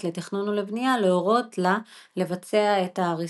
לתכנון ולבנייה להורות לה לבצע את ההריסה.